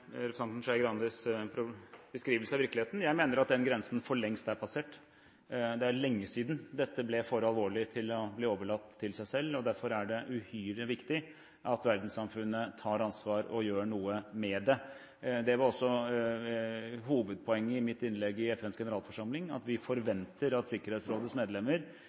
lengst er passert. Det er lenge siden dette ble for alvorlig til å bli overlatt til seg selv. Derfor er det uhyre viktig at verdenssamfunnet tar ansvar og gjør noe med det. Det var også hovedpoenget i mitt innlegg på FNs generalforsamling at vi forventer at Sikkerhetsrådets medlemmer